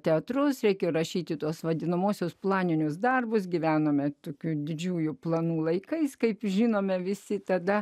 teatrus reikia rašyti tuos vadinamuosius planinius darbus gyvenome tokių didžiųjų planų laikais kaip žinome visi tada